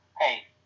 Hey